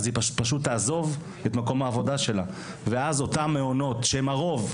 אז היא פשוט תעזוב את מקום העבודה שלה ואז אותם מעונות שהם הרוב,